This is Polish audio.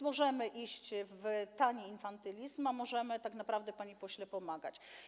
Możemy więc iść w tani infantylizm, a możemy tak naprawdę, panie pośle, pomagać.